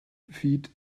feet